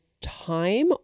time